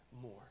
more